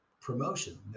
promotion